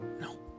no